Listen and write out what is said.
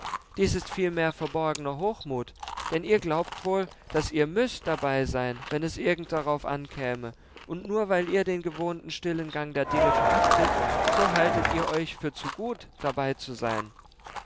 dies ist vielmehr verborgener hochmut denn ihr glaubt wohl daß ihr müßt dabei sein wenn es irgend darauf ankäme und nur weil ihr den gewohnten stillen gang der dinge verachtet so haltet ihr euch für zu gut dabei zu sein